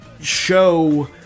show